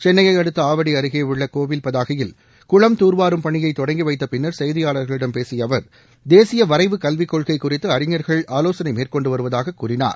சென்னைய அடுத்த ஆவடி அருகே உள்ள கோவில் பதாகையில் குளம் தூர்வாரும் பணியை தொடங்கி வைத்த பின்னர் செய்தியாளர்களிடம் பேசிய அவர் தேசிய வரைவு கல்விக் கொள்கை குறித்து அறிஞர்கள் ஆலோசனை மேற்கொண்டு வருவதாக கூறினார்